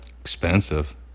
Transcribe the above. Expensive